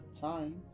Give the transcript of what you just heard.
time